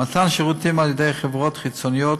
מתן שירותים על-ידי חברות חיצוניות.